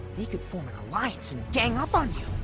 they could form an alliance and gang up on you.